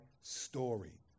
story